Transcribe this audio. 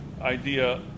idea